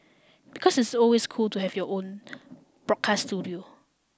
because it's always cool to have your own broadcast studio